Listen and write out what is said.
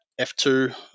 F2